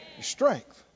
strength